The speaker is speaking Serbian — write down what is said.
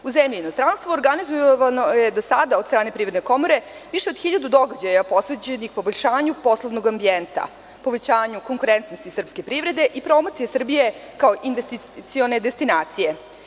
U zemlji i inostranstvu organizovano je do sada, od strane Privredne komore, više od hiljadu događaja posvećenih poboljšanju poslovnog ambijenta, povećanju konkurentnosti srpske privrede i promocije Srbije kao investicione destinacije.